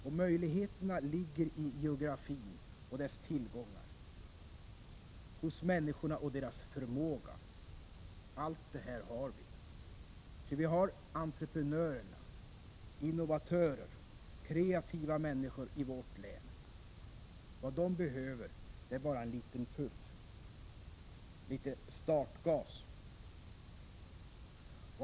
Och möjligheterna finns i geografin och dess tillgångar, hos människorna och deras förmåga. Allt det här har vi. Ty vi har entreprenörer, innovatörer och kreativa människor i vårt län. Vad de behöver är bara en liten puff, litet startgas.